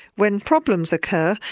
when problems occur,